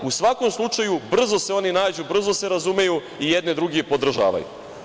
U svakom slučaju brzo se oni nađu, brzo se razumeju i jedni druge podržavaju.